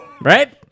Right